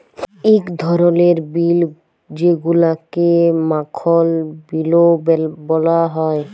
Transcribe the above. ইক ধরলের বিল যেগুলাকে মাখল বিলও ব্যলা হ্যয়